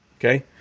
Okay